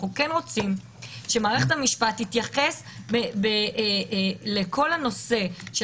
אנחנו רוצים שמערכת המשפט תתייחס לכל הנושא של